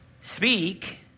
Speak